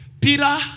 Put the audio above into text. Peter